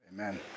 Amen